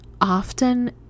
often